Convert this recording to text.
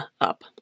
up